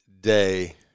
day